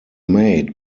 made